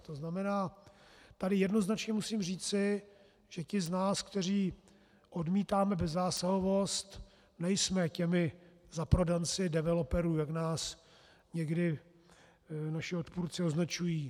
To znamená, tady jednoznačně musím říci, že ti z nás, kteří odmítáme bezzásahovost, nejsme těmi zaprodanci developerů, jak nás někdy naši odpůrci označují.